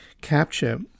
capture